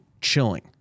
chilling